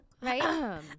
right